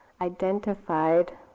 identified